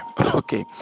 Okay